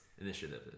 initiative